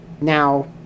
now